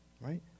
Right